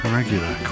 regular